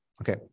Okay